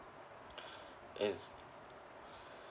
as